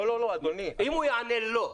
אם הוא יענה "לא",